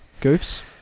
Goofs